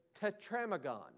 tetramagon